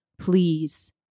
please